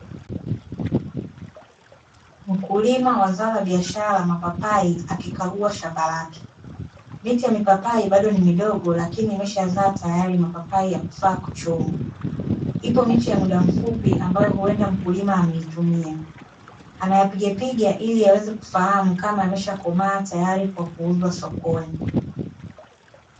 Mkulima wa zao la biashara la mapapai akikagua shamba lake, miche ya mipapai bado ni midogo lakini imeshazaa tayari mapapai ya kufaa kuchumwa. Ipo miche ya muda mfupi ambayo huenda mkulima ameitumia, anayapigapiga ili aweze kufahamu kama yameshakomaa tayari kwa kuuzwa sokoni.